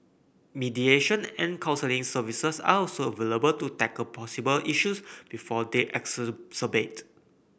mediation and counselling services are also available to tackle possible issues before they exacerbate